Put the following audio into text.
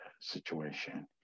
situation